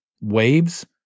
waves